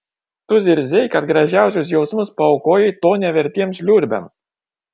tu zirzei kad gražiausius jausmus paaukojai to nevertiems liurbiams